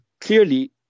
clearly